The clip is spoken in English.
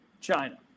China